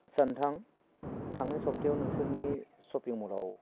आतसा नोंथां थांनाय सप्तायाव नोंसोरनि सपिं मलाव